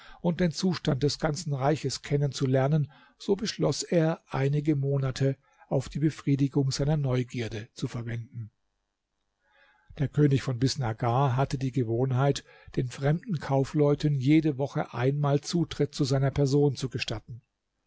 und den zustand des ganzen reiches kennenzulernen so beschloß er einige monate auf befriedigung seiner neugierde zu verwenden der könig von bisnagar hatte die gewohnheit den fremden kaufleuten jede woche einmal zutritt zu seiner person zu gestatten